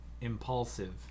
Impulsive